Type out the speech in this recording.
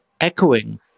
echoing